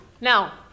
now